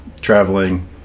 traveling